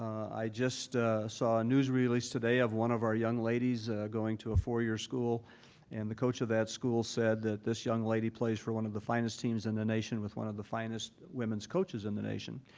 i just saw a news release today of one of our young ladies going to a four-year school and the coach of that school said that this young lady plays for one of the finest teams in the nation with one of the finest women's coaches in the nation.